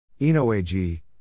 ENO-AG